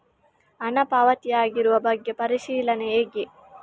ಹಣ ಪಾವತಿ ಆಗಿರುವ ಬಗ್ಗೆ ಪರಿಶೀಲನೆ ಹೇಗೆ?